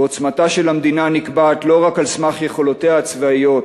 עוצמתה של המדינה נקבעת לא רק על סמך יכולותיה הצבאיות,